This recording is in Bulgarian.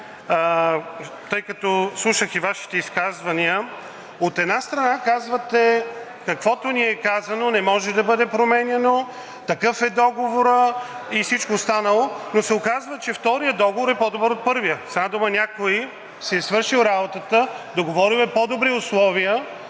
тъй като слушах и Вашите изказвания. От една страна, казвате, каквото ни е казано, не може да бъде променяно, такъв е договорът и всичко останало, но се оказва, че вторият договор е по-добър от първия. С една дума, някой си е свършил работата, договорил е по-добри условия